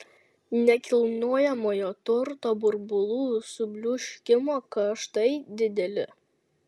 nekilnojamojo turto burbulų subliūškimo kaštai dideli